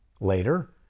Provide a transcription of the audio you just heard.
Later